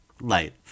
Light